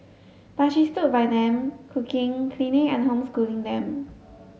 but she stood by them cooking cleaning and homeschooling them